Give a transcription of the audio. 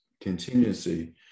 contingency